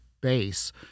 base